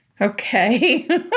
Okay